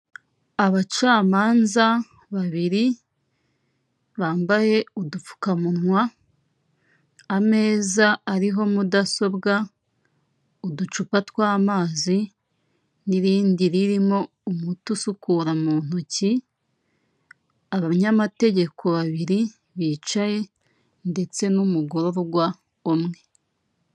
Abacamanza babiri bambaye udupfukamunwa, ameza ariho mudasobwa, uducupa tw'amazi n'irindi ririmo umuti usukura mu ntoki, abanyamategeko babiri bicaye ndetse n'umugororwa umwe.